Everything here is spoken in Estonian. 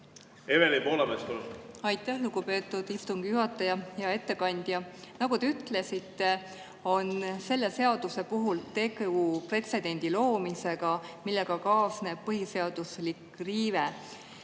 Evelin Poolamets, palun! Aitäh, lugupeetud istungi juhataja! Hea ettekandja! Nagu te ütlesite, selle seaduse puhul on tegu pretsedendi loomisega, millega kaasneb põhiseaduse riive.